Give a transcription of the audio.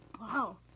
Wow